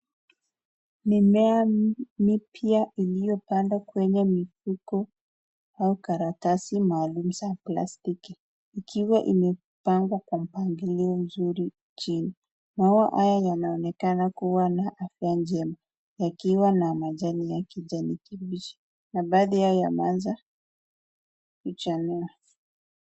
Mimea mipya iliyopandwa kwenye mifuko au karatasi maalum za plastiki, ikiwa imepangwa kwa mpangilio mzuri chini. Maua haya yanaonekana kuwa na afya njema, yakiwa na majani ya kijani kibichi. Na baadhi yao yaanza kuchanua.